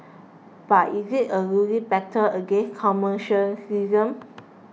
but is it a losing battle against commercialism